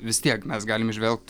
vis tiek mes galim įžvelgt